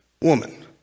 woman